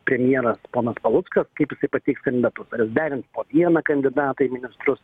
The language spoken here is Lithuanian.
premjeras ponas paluckas kaip jisai pateiks kandidatus ar jis derins po vieną kandidatą į ministrus